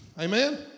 Amen